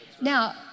Now